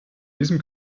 diesem